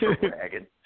dragon